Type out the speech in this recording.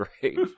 great